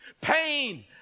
Pain